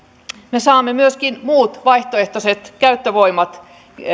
me saamme myöskin muita vaihtoehtoisia käyttövoimia